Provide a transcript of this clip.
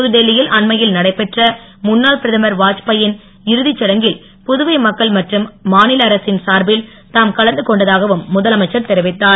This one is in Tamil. புதுடெல்லியில் அண்மையில் நடைபெற்ற முன்னாள் பிரதமர் வாத்பாயின் இறுதிச் சடங்கில் புதுவை மக்கள் மற்றும் மாநில அரசின் சார்பில் தாம் கலந்து கொண்டதாகவும் முதலமைச்சர் தெரிவித்தார்